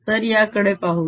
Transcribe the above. तर याकडे पाहूया